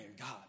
God